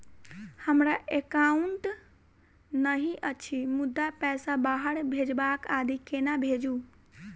हमरा एकाउन्ट नहि अछि मुदा पैसा बाहर भेजबाक आदि केना भेजू?